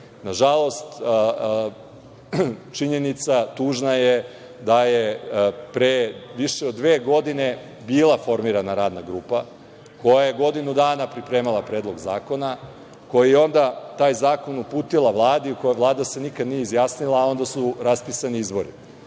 Nažalost, činjenica tužna je, da je pre više od dve godine bila formirana Radna grupa, koja je godinu dana pripremala Predlog zakona, koja je onda taj zakon uputila Vladi, o kom Vlada se nikada nije izjasnila, a onda su raspisani izbori.S